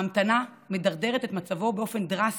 ההמתנה מדרדרת את מצבו באופן דרסטי,